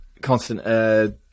constant